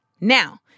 Now